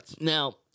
Now